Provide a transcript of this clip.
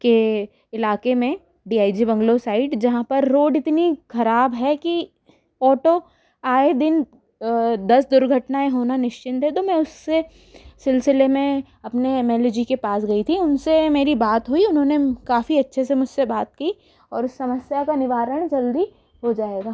के इलाके में D I G bungalow side जहाँ पर रोड इतनी खराब है कि ऑटो आए दिन दस दुर्घटनाएँ होना निश्चिंत है तो मैं उससे सिलसिले में आपने एम एल ए जी के पास गई थी मेरी उनसे बात हुई उन्होंने काफ़ी अच्छे से मुझसे बात की और उस समस्या का निवारण जल्दी हो जाएगा